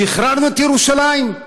שחררנו את ירושלים,